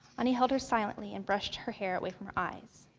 anie held her silently and brushed her hair away from her eyes.